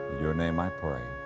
your name i pray,